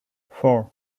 four